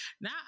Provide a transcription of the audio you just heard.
now